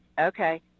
okay